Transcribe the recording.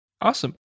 Awesome